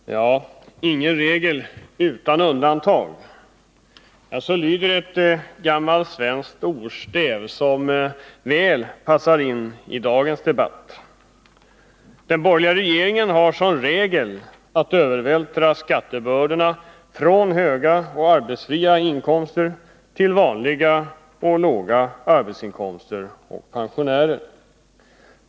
Fru talman! ”Ingen regel utan undantag.” Så lyder ett gammalt svenskt ordstäv som väl passar in i dagens debatt. Den borgerliga regeringen har som regel att övervältra skattebördorna från höga och arbetsfria inkomster till vanliga och låga arbetsinkomster och till pensionärer.